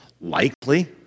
likely